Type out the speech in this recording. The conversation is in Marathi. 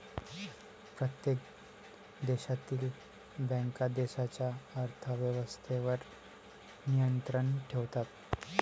प्रत्येक देशातील बँका देशाच्या अर्थ व्यवस्थेवर नियंत्रण ठेवतात